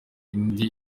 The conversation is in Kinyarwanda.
indi